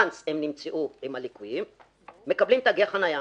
ברגע שהם נמצאו עם הליקויים הם מקבלים תגי חניה.